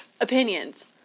opinions